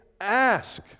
ask